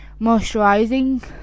moisturizing